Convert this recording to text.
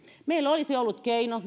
meillä olisi ollut keino